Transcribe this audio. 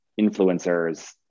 influencers